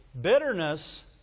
Bitterness